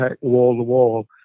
wall-to-wall